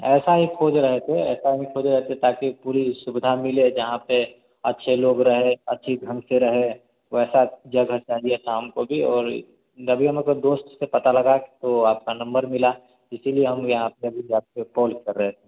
ऐसा ही खोज रहे थे ऐसा ही खोज रहे थे ताकि पूरी सुविधा मिले जहाँ पर अच्छे लोग रहें अच्छे ढंग से रहे वैसा जगह चाहिए ना हमको भी और नवीन को दोस्त से पता लगा के तो आपका नंबर मिला इसी लिए हम यहाँ पर अभी आप से कॉल कर रहे थे